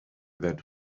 that